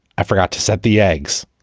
i forgot to set the eggs.